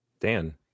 Dan